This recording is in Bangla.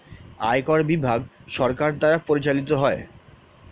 আয়কর বিভাগ সরকার দ্বারা পরিচালিত হয়